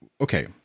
okay